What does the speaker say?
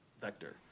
vector